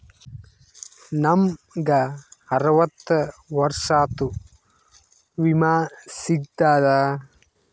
ನಮ್ ಗ ಅರವತ್ತ ವರ್ಷಾತು ವಿಮಾ ಸಿಗ್ತದಾ?